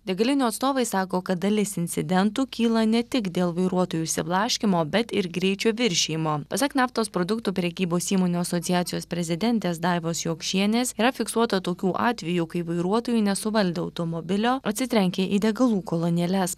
degalinių atstovai sako kad dalis incidentų kyla ne tik dėl vairuotojų išsiblaškymo bet ir greičio viršijimo pasak naftos produktų prekybos įmonių asociacijos prezidentės daivos jokšienės yra fiksuota tokių atvejų k ai vairuotojai nesuvaldė automobilio atsitrenkia į degalų kolonėles